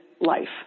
life